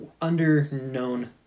under-known